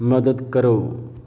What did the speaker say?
ਮਦਦ ਕਰੋ